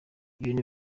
ibintu